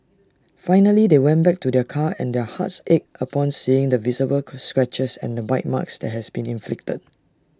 finally they went back to their car and their hearts ached upon seeing the visible scratches and bite marks that had been inflicted